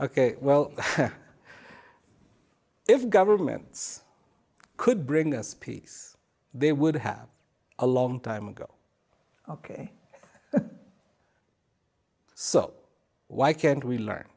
staffs well if governments could bring us peace they would have a long time ago ok so why can't we learn